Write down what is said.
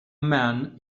man